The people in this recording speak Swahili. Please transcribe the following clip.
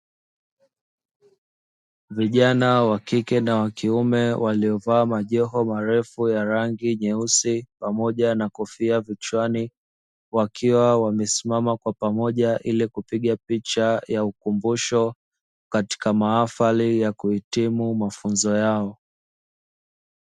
Vijana wa kike na wakiume waliovaa majoho marefu ya rangi nyeusi pamoja na kofia kichwani, wakiwa wamesimama kwa pamoja ili kupiga picha ya ukumbusho katika mahafali ya kuhitimu mafunzo yao.